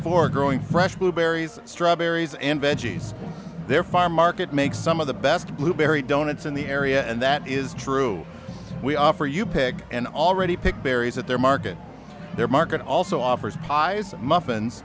four growing fresh blueberries strawberries and veggies their farm market makes some of the best blueberry doenitz in the area and that is true we offer you pig and already pick berries at their market their market also offers pies muffins